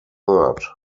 third